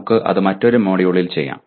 നമുക്ക് അത് മറ്റൊരു മൊഡ്യൂളിൽ ചെയ്യാം